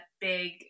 big